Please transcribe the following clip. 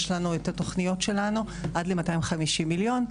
יש לנו את התוכניות שלנו עד ל-250 מיליון,